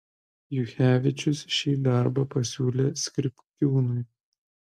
juchevičius šį darbą pasiūlė skripkiūnui